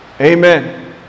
Amen